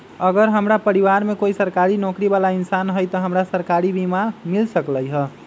अगर हमरा परिवार में कोई सरकारी नौकरी बाला इंसान हई त हमरा सरकारी बीमा मिल सकलई ह?